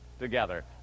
together